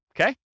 okay